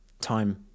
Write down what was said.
time